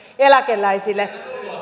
eläkeläisille